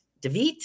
David